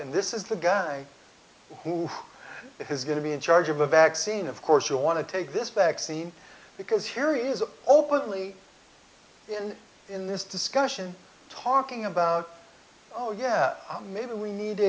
in this is the guy who is going to be in charge of a vaccine of course you want to take this vaccine because here is openly in in this discussion talking about oh yeah maybe we need